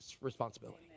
responsibility